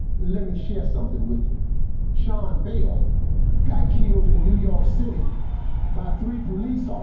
let me share something with you sean bale got killed in new york city by three police ah